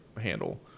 handle